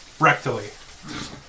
rectally